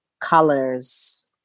colors